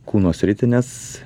kūno sritį nes